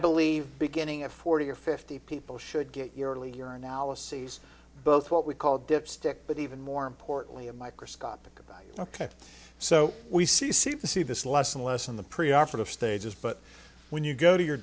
believe beginning at forty or fifty people should get your early your analyses both what we call dipstick but even more importantly a microscopic about ok so we see seem to see this less and less in the preoperative stages but when you go to your